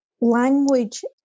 language